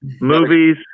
Movies